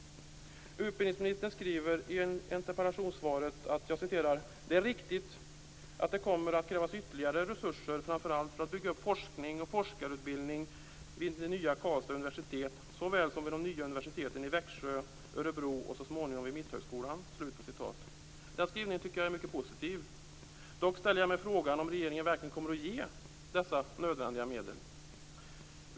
"Det är riktigt att det kommer att krävas ytterligare resurser, framför allt för att bygga upp forskning och forskarutbildning vid det nya Karlstads universitet såväl som vid de nya universiteten i Växjö och Örebro och så småningom vid Mitthögskolan." Den skrivningen tycker jag är mycket positiv. Dock ställer jag mig frågan om regeringen verkligen kommer att ge dessa nödvändiga medel.